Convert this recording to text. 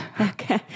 Okay